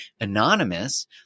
anonymous